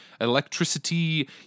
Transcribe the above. electricity